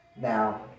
Now